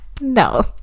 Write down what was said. No